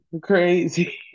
Crazy